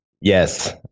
Yes